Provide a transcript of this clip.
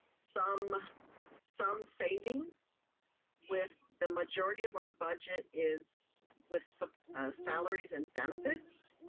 some some savings with, the majority of our budget is with salaries and benefits.